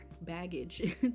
baggage